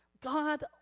God